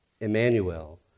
Emmanuel